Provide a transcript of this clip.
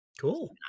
Cool